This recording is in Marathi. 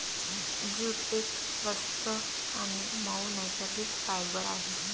जूट एक स्वस्त आणि मऊ नैसर्गिक फायबर आहे